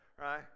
right